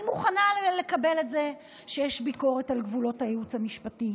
אני מוכנה לקבל את זה שיש ביקורת על גבולות הייעוץ המשפטי,